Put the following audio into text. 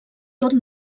tot